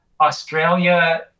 Australia